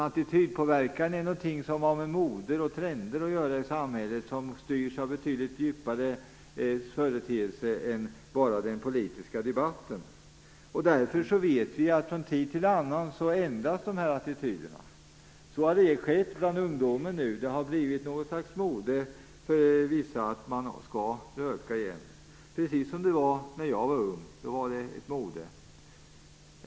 Attitydpåverkan är någonting som har med moden och trender i samhället att göra, och det styrs av betydligt djupare företeelser än bara den politiska debatten. Därför vet vi att från tid till annan ändras dessa attityder. Så har skett bland ungdomen nu, och det har blivit något slags mode bland vissa att röka - precis som när jag var ung, då det var ett mode.